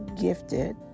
gifted